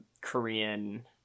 korean